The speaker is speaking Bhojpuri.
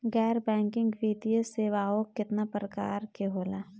गैर बैंकिंग वित्तीय सेवाओं केतना प्रकार के होला?